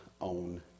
own